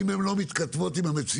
אם הן לא מתכתבות עם המציאות,